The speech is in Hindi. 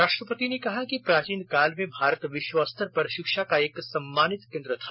राष्ट्रपति ने कहा कि प्राचीन काल में भारत विश्व स्तर पर शिक्षा का एक सम्मानित केंद्र था